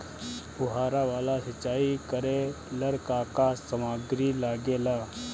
फ़ुहारा वाला सिचाई करे लर का का समाग्री लागे ला?